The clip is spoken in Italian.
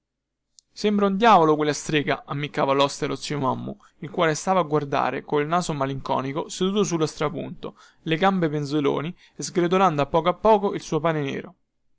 sembra un diavolo quella strega ammiccava loste allo zio mommu il quale stava a guardare col naso malinconico seduto sullo strapunto le gambe penzoloni e sgretolando a poco a poco il suo pane nero